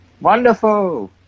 Wonderful